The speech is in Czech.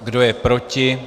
Kdo je proti?